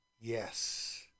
yes